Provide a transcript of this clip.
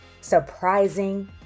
surprising